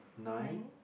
nine